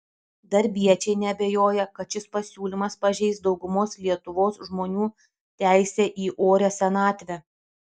darbiečiai neabejoja kad šis pasiūlymas pažeis daugumos lietuvos žmonių teisę į orią senatvę